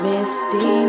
Misty